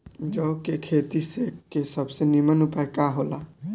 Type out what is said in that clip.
जौ के खेती के सबसे नीमन उपाय का हो ला?